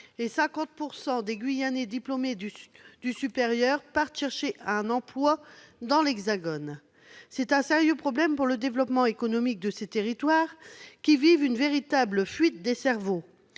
et 50 % des Guyanais diplômés du supérieur partent y chercher un emploi. Il y a là un sérieux problème pour le développement économique de ces territoires, qui vivent une véritable fuite des cerveaux,